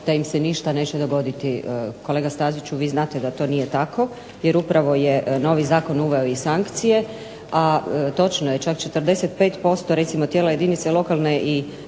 da im se ništa neće dogoditi. Kolega Staziću, vi znate da to nije tako jer upravo je novi zakon uveo i sankcije, a točno je, čak 45% recimo tijela jedinice lokalne i